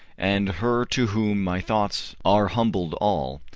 and her to whom my thoughts are humbled all,